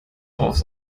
aufs